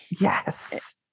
Yes